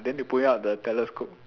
then they put him up the telescope